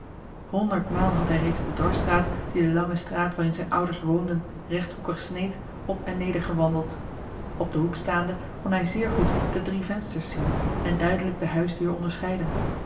honderd maal had hij reeds de dwarsstraat die de lange straat waarin zijne ouders woonden rechthoekig sneed op en neder gewandeld op den hoek staande kon hij zeer goed de drie vensters zien en duidelijk de huisdeur onderscheiden